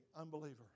unbeliever